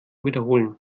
wiederholen